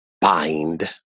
bind